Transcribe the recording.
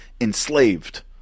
enslaved